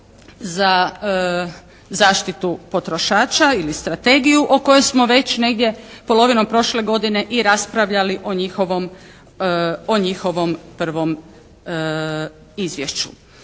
za zaštitu potrošača ili strategiju o kojoj smo već negdje polovinom prošle godine i raspravljali o njihovom prvom izvješću.